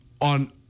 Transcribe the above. on